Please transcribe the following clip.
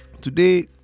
today